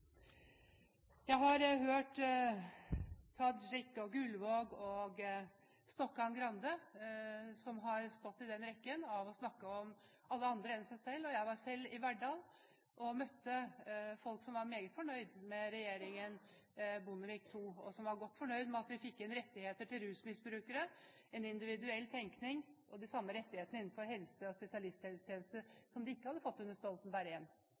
Jeg har hørt Tajik, Gullvåg og Stokkan-Grande stå i rekken av dem som har snakket om alle andre enn seg selv. Jeg var selv i Verdal og møtte folk som var meget fornøyd med regjeringen Bondevik II, og som var godt fornøyd med at vi fikk inn rettigheter til rusmisbrukere, en individuell tenkning, og de samme rettighetene innenfor helse og spesialisthelsetjeneste, som de ikke hadde fått under Stoltenberg